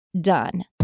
done